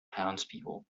townspeople